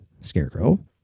scarecrow